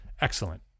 Excellent